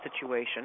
situation